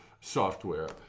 software